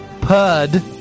Pud